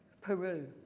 Peru